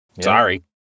Sorry